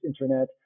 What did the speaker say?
internet